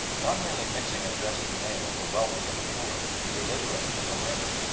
not merely mixing as best he may with the wealthy and the poor, the illiterate and the learned,